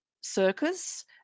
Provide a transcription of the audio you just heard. circus